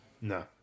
No